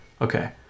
okay